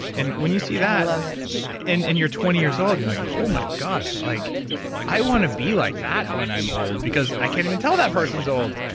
and when you see that i love it. and and you're twenty years old, you're like, oh my god, like i want to be like that when i'm old because i can't even tell that person's old.